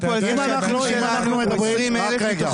מגיש, היום, בקשה לתרופות